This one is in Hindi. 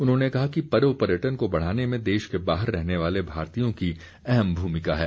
उन्होंने कहा कि पर्व पर्यटन को बढ़ाने में देश के बाहर रहने वाले भारतीयों की अहम भूमिका है